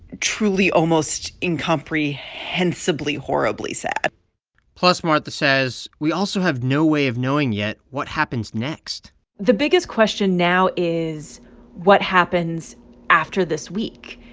truly almost incomprehensibly horribly sad plus, martha says, we also have no way of knowing yet what happens next the biggest question now is what happens after this week.